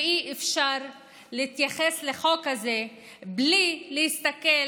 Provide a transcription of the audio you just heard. ואי-אפשר להתייחס לחוק הזה בלי להסתכל